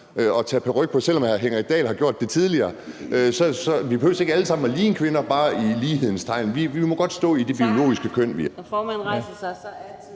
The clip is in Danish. tage en paryk på, selv om hr. Henrik Dahl har gjort det tidligere. Vi behøver ikke alle sammen ligne kvinder i lighedens tegn. Vi må godt stå som det biologiske køn,